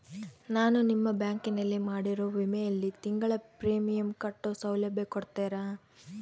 ನಾನು ನಿಮ್ಮ ಬ್ಯಾಂಕಿನಲ್ಲಿ ಮಾಡಿರೋ ವಿಮೆಯಲ್ಲಿ ತಿಂಗಳ ಪ್ರೇಮಿಯಂ ಕಟ್ಟೋ ಸೌಲಭ್ಯ ಕೊಡ್ತೇರಾ?